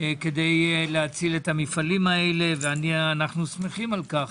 כדי להציל את המפעלים הללו, ואנו שמחים על כך